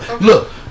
Look